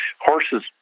horses